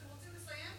אתם רוצים לסיים?